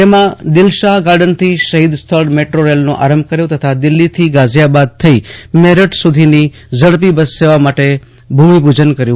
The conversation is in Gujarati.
તેમાં દિલશાહ ગાર્ડનથી શહીદ સ્થળ મેટ્રો રેલનો આરંભ કર્યો તથા દિલ્હીથી ગાઝિયાબાદ થઇ મેરઠ સુધીની ઝડપી બસસેવા માટે ભૂમિપુજન કર્યું